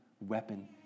weapon